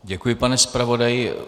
Děkuji, pane zpravodaji.